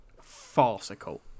farcical